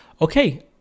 okay